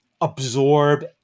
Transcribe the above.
absorb